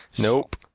Nope